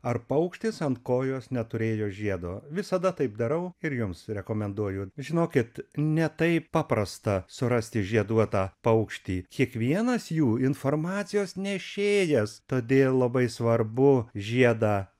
ar paukštis ant kojos neturėjo žiedo visada taip darau ir jums rekomenduoju žinokit ne taip paprasta surasti žieduotą paukštį kiekvienas jų informacijos nešėjas todėl labai svarbu žiedą